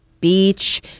Beach